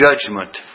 judgment